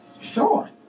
Sure